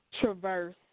traverse